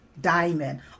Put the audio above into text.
Diamond